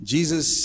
Jesus